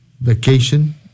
vacation